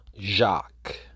Jacques